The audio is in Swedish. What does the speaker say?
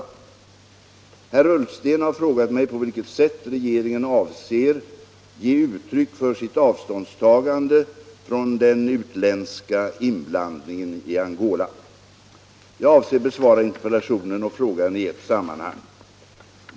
Herr Ullsten har frågat mig på vilket sätt regeringen avser ge uttryck för sitt avståndstagande från den utländska inblandningen i Angola. Jag avser besvara interpellationen och frågan i ett sammanhang.